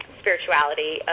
spirituality